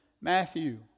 Matthew